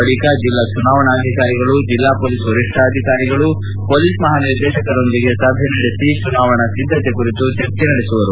ಬಳಿಕ ಜೆಲ್ಲಾ ಚುನಾವಣಾಧಿಕಾರಿಗಳು ಜೆಲ್ಲಾ ಪೊಲೀಸ್ ವರಿಷ್ಠಾಧಿಕಾರಿಗಳು ಪೊಲೀಸ್ ಮಹಾ ನಿರ್ದೇಶಕರೊಂದಿಗೆ ಸಭೆ ನಡೆಸಿ ಚುನಾವಣಾ ಸಿದ್ಧತೆ ಕುರಿತು ಚರ್ಚೆ ನಡೆಸುವರು